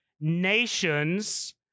nations